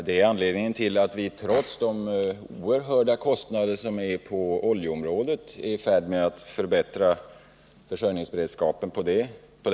Det är också anledningen till att vi trots de oerhört stora kostnaderna på oljeområdet är i färd med att förbättra försörjningsberedskapen i det avseendet.